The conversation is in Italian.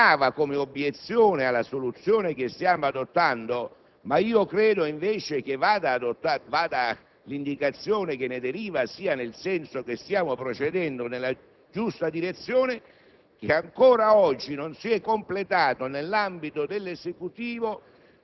Il ministro Bonino - che stimo - segnalava come obiezione alla soluzione che stiamo adottando (ma credo invece che l'indicazione che ne deriva sia nel senso che stiamo procedendo nella giusta direzione)